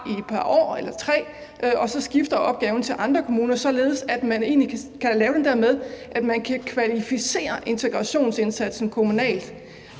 et par år eller tre, og at opgaven så skifter til andre kommuner, således at man egentlig kan lave det der med, at man kan kvalificere integrationsindsatsen kommunalt?